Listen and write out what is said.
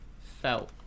felt